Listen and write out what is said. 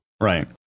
Right